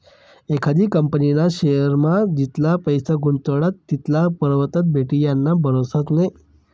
एखादी कंपनीना शेअरमा जितला पैसा गुताडात तितला परतावा भेटी याना भरोसा नै